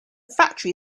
factory